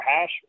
hash